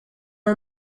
are